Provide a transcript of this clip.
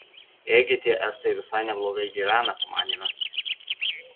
ėgi tie estai visai neblogai gyvena pamanėme